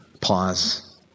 pause